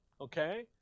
Okay